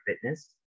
fitness